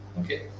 Okay